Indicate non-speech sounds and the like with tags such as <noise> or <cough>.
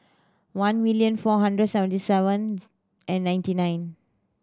one million four hundred seventy seven <unintelligible> and ninety nine